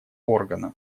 органа